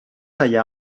allà